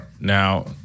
Now